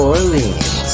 Orleans